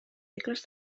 regles